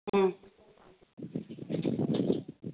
ꯎꯝ